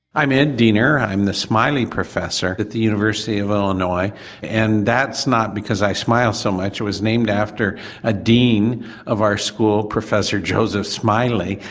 i'm ed diener i'm the smiley professor at the university of illinois and that's not because i smile so much i was named after a dean of our school, professor joseph smiley,